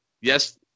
yes